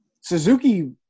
Suzuki